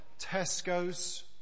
Tesco's